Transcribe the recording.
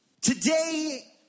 Today